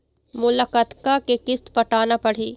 मोला कतका के किस्त पटाना पड़ही?